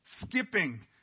Skipping